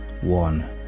one